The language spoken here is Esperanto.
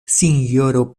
sinjoro